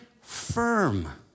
firm